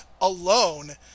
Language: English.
alone